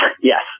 yes